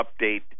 update